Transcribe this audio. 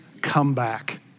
comeback